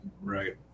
Right